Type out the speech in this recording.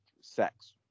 sex